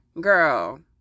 Girl